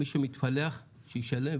מי שמתפלח שישלם,